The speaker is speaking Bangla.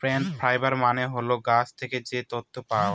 প্লান্ট ফাইবার মানে হল গাছ থেকে যে তন্তু পায়